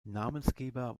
namensgeber